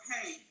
okay